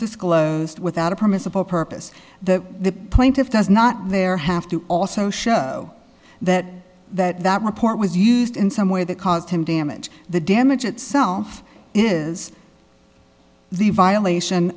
disclosed without a permissible purpose that the plaintiff does not there have to also show that that report was used in some way that caused him damage the damage itself is the violation